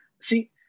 see